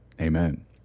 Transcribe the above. Amen